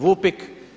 VUPIK?